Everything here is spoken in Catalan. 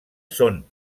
són